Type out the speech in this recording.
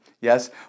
Yes